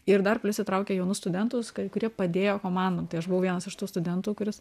ir dar prisitraukė jaunus studentus kurie padėjo komandom tai aš buvau vienas iš tų studentų kuris